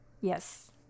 Yes